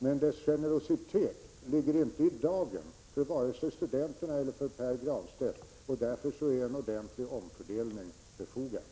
Men dess generositet ligger inte i dagen för vare sig studenterna eller Pär Granstedt, och därför är en ordentlig omfördelning befogad.